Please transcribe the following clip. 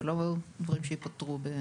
זה לא דברים שיפתרו.